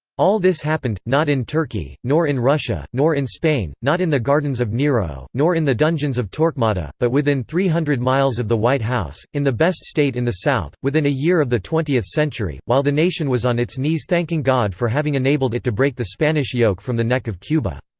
all this happened, not in turkey, nor in russia, nor in spain, not in the gardens of nero, nor in the dungeons of torquemada, but within three hundred miles of the white house, in the best state in the south, within a year of the twentieth century, while the nation was on its knees thanking god for having enabled it to break the spanish yoke from the neck of cuba.